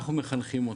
אנחנו מחנכים אותם,